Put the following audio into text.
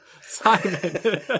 Simon